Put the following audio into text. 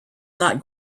not